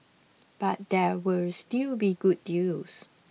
but there will still be good deals